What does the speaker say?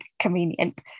convenient